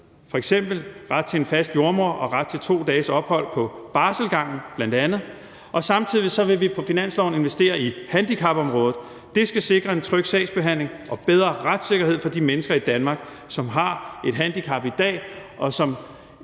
ret til en fast jordemoder og ret til 2 dages ophold på barselsgangen bl.a., og samtidig vil vi på finansloven investere i handicapområdet. Det skal sikre en tryg sagsbehandling og bedre retssikkerhed for de mennesker i Danmark, som har et handicap i dag, og som